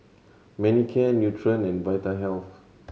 Manicare Nutren and Vitahealth